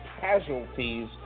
Casualties